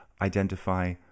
identify